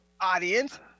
audience